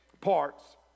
parts